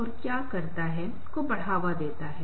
तो इन चीजों से बचा जा सकता है